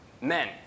men